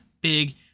big